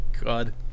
god